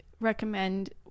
recommend